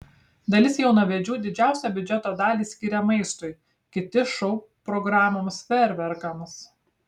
dalis jaunavedžių didžiausią biudžeto dalį skiria maistui kiti šou programoms fejerverkams